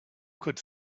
could